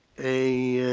a